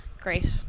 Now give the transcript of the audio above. great